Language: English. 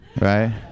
right